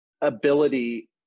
ability